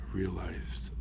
realized